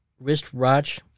wristwatch